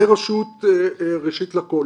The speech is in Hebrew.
זה ראשית לכל.